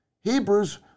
Hebrews